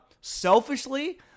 selfishly